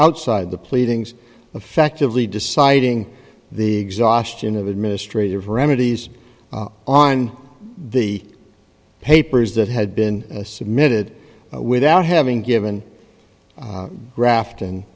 outside the pleadings effectively deciding the exhaustion of administrative remedies on the papers that had been submitted without having given graft and